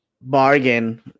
bargain